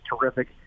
terrific